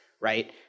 right